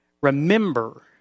remember